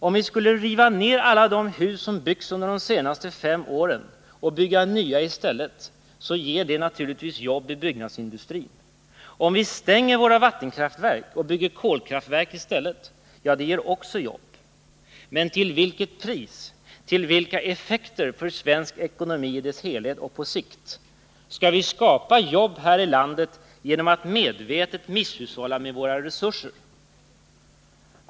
Om vi skulle riva ned alla de hus som har byggts under de senaste fem åren och bygga nya i stället ger det naturligtvis jobb i byggnadsindustrin. Om vi stänger våra vattenkraftverk och bygger kolkraftverk i stället ger det också jobb. Men till vilket pris, till vilka effekter för svensk ekonomi i dess helhet och på sikt? Skall vi skapa jobb här i landet genom att medvetet misshushålla med våra resurser?